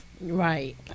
right